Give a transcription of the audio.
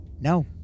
no